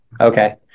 Okay